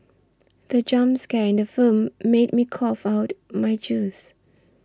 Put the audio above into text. the jump scare in the film made me cough out my juice